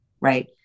right